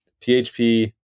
PHP